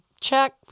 check